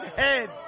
head